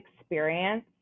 experience